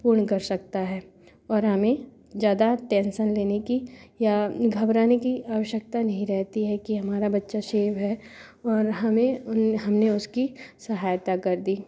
पूर्ण कर सकता है और हमें ज़्यादा टेंसन लेने की या घबराने की आवश्यकता नहीं रहती है कि हमारा बच्चा शेव है और हमें उन हमने उसकी सहायता कर दी